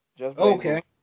Okay